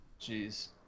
Jeez